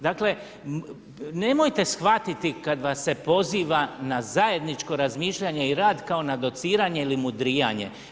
Dakle, nemojte shvatiti kad vas se poziva na zajedničko razmišljanje i rad kao na dociranje ili mudrijanje.